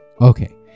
Okay